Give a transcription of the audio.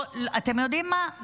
אתם יודעים מה?